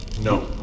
No